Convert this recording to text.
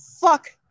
fuck